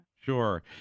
Sure